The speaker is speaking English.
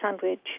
sandwich